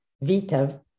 Vita